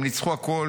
הם ניצחו הכול,